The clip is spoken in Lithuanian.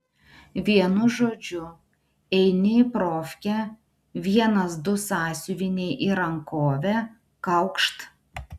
vienu žodžiu eini į profkę vienas du sąsiuviniai į rankovę kaukšt